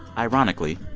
ironically,